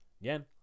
again